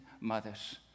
mothers